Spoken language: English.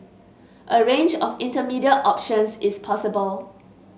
a range of intermediate options is possible